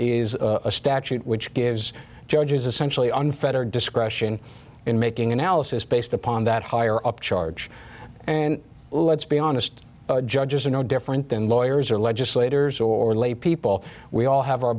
is a statute which gives judges essentially unfettered discretion in making analysis based upon that higher up charge and let's be honest judges are no different than lawyers or legislators or lay people we all have our